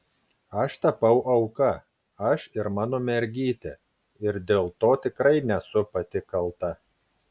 aš tapau auka aš ir mano mergytė ir dėl to tikrai nesu pati kalta